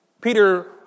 Peter